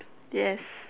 yes